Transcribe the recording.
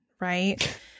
right